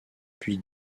puis